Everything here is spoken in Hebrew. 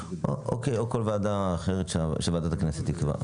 כל ועדה אחרת שוועדת הכנסת תקבע"